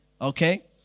okay